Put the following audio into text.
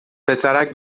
پسرک